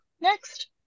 Next